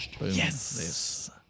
yes